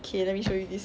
okay let me show you this